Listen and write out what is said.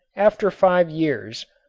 after five years,